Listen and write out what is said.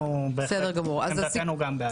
אנחנו בעד הכנסת הנושא.